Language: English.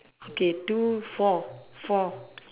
okay two four four